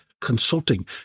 consulting